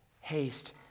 Haste